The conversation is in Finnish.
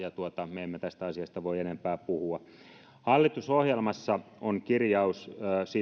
me emme tästä asiasta voi enempää puhua hallitusohjelmassa on kirjaus